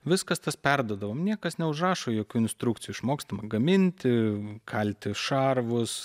viskas tas perduodama niekas neužrašo jokių instrukcijų išmokstama gaminti kalti šarvus